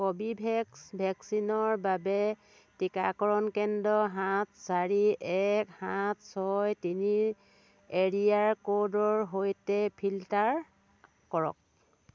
Corbevax ভেকচিনৰ বাবে টিকাকৰণ কেন্দ্ৰ সাত চাৰি এক সাত ছয় তিনি এৰিয়া ক'ডৰ সৈতে ফিল্টাৰ কৰক